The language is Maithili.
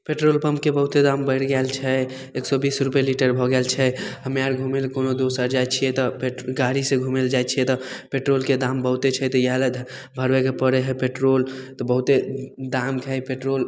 पेट्रोल पम्पके बहुते दाम बढ़ि गेल छै एक सए बीस रुपए लीटर भऽ गेल छै हमे आर घुमैमे कोनो दोस आर जाइत छियै तऽ पेट्रो गाड़ीसे घुमै लए जाइत छियै तऽ पेट्रोलके दाम बहुते छै तऽ इहए लए भरबैके पड़े हइ पेट्रोल तऽ बहुते दाम छै पेट्रोल